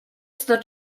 sto